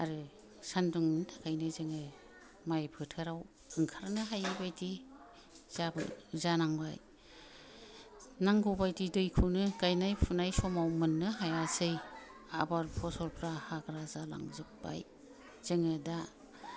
आरो सान्दुंनि थाखायनो जोङो माइ फोथाराव ओंखारनो हायै बादि जाबाय जानांबाय नांगौ बादि दैखौनो गायनाय फुनाय समाव मोननो हायासै आबाद फसलफ्रा हाग्रा जालांजोबबाय जोङो दा